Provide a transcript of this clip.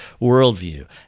worldview